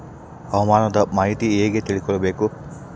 ಹವಾಮಾನದ ಮಾಹಿತಿ ಹೇಗೆ ತಿಳಕೊಬೇಕು?